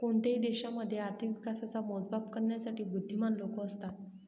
कोणत्याही देशामध्ये आर्थिक विकासाच मोजमाप करण्यासाठी बुध्दीमान लोक असतात